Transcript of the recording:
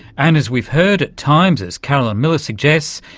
and, as we've heard, at times, as carolyn miller suggested,